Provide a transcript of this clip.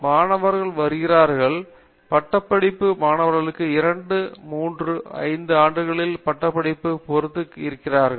மாணவர்கள் வருகிறார்கள் பட்டப்படிப்பு மாணவர்களுக்கு 2 ஆண்டுகள் 3 ஆண்டுகள் 5 ஆண்டுகள் பட்டப்படிப்பு ஆகியவற்றைப் பொறுத்து இருக்கிறார்கள்